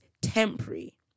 temporary